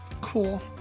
cool